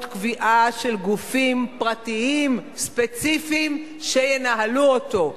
קביעה של גופים פרטיים ספציפיים שינהלו אותו.